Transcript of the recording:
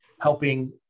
helping